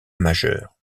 majeur